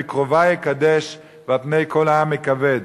בקרובי אקדש ועל פני כל העם אכבד.